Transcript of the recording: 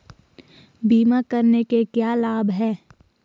बीमा करने के क्या क्या लाभ हैं?